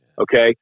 Okay